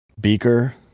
Beaker